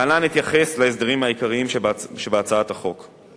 להלן אתייחס להסדרים העיקריים שבהצעת החוק.